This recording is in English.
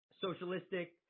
socialistic